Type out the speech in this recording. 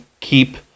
keep